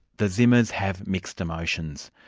the zimmers have mixed emotions.